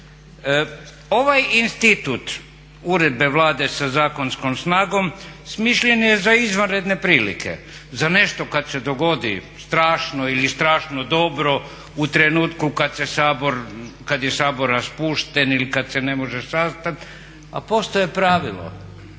Ovaj institut uredbe Vlade sa zakonskom snagom smišljen je za izvanredne prilike, za nešto kad se dogodi strašno ili strašno dobro u trenutku kad je Sabor raspušten ili kad se ne može sastati, a postoji pravilo.